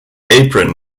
apron